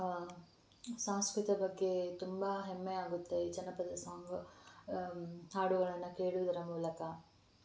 ಸಂಸ್ಕೃತಿ ಬಗ್ಗೆ ತುಂಬ ಹೆಮ್ಮೆ ಆಗುತ್ತೆ ಈ ಜನಪದ ಸಾಂಗ್ ಹಾಡುಗಳನ್ನು ಕೇಳೋದರ ಮೂಲಕ